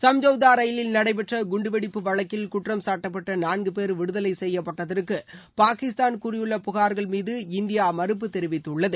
சம்ஜோதா ரயிலில் நடைபெற்ற குண்டு வெடிப்பு வழக்கில் குற்றம் சாட்டப்பட்ட நான்கு போ விடுதலை செய்யப்பட்டதற்கு பாகிஸ்தான் கூறியுள்ள புகார்கள் மீது இந்தியா மறுப்பு தெரிவித்துள்ளது